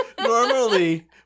Normally